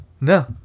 No